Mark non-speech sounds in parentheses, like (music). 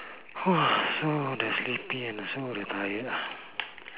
(breath) so the sleepy and so the tired ah